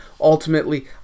Ultimately